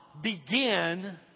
begin